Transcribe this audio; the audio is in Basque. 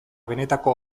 benetako